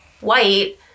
white